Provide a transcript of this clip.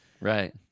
right